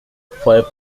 phoebe